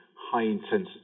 high-intensity